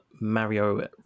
Mario